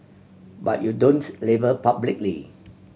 but you don't label publicly